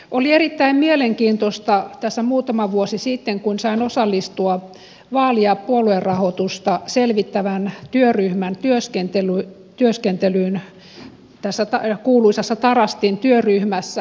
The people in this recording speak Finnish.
oli erittäin mielenkiintoista kun tässä muutama vuosi sitten sain osallistua vaali ja puoluerahoitusta selvittävän työryhmän työskentelyyn tässä kuuluisassa tarastin työryhmässä